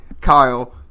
Kyle